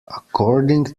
according